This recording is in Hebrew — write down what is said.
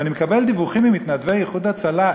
ואני מקבל דיווחים ממתנדבי "איחוד הצלה",